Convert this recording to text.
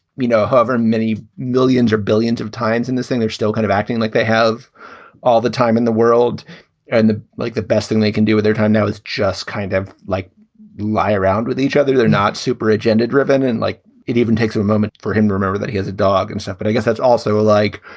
you know, however many millions or billions of times in this thing, there's still kind of acting like they have all the time in the world and the like. the best thing they can do with their time now is just kind of like lie around with each other. they're not super agenda driven and like it even takes a moment for him. remember that he has a dog and stuff. but i guess that's also like